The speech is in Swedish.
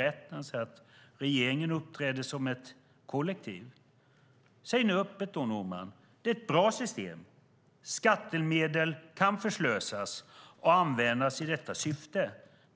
rätt när han säger att regeringen uppträder som ett kollektiv. Säg då öppet, statsrådet Norman, att regeringen tycker att detta är ett bra system och att skattemedel kan förslösas och användas i detta syfte.